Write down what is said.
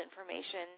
information